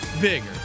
bigger